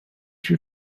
she